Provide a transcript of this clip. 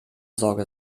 sorge